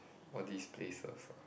all these places ah